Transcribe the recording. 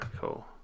cool